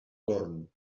torn